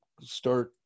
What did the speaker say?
start